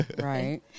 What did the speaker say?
right